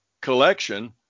collection